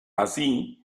así